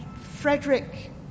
Frederick